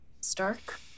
Stark